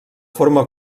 forma